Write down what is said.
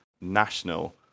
National